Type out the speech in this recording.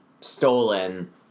stolen